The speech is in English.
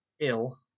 ill